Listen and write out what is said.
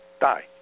die